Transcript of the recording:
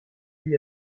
lui